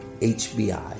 HBI